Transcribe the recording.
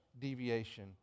deviation